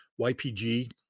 YPG